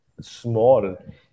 small